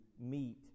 meet